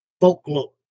folklore